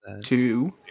two